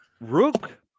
Rook